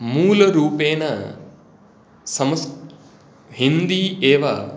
मूलरूपेण समस् हिन्दी एव